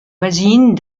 voisines